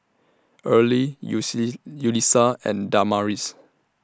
Earley Yulissa and Damaris